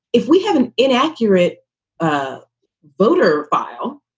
if we have an inaccurate ah voter file,